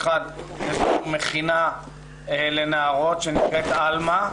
האחד זו מכינה לנערות שנקראת "עלמה",